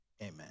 Amen